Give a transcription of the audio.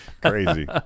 crazy